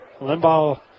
Limbaugh